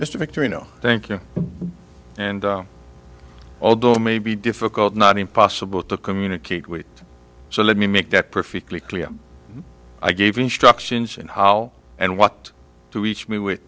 mr victory no thank you and although may be difficult not impossible to communicate with so let me make that perfectly clear i gave instructions on how and what to reach me w